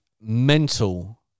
mental